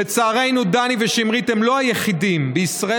לנוכח העובדה שיוקר המחיה בישראל